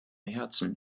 herzen